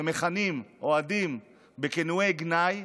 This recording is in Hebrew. ומכנים אוהדים בכינויי גנאי,